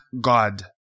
God